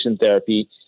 therapy